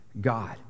God